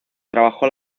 trabajó